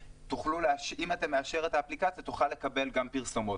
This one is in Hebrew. אם אתה מאשר את האפליקציה תוכל לקבל גם פרסומות.